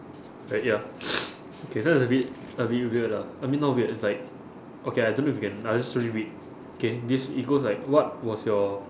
ready ah okay this one is a bit a bit weird lah I mean not weird it's like okay I don't know if you can I just slowly read K this it goes like what was your